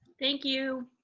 thank you.